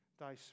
thy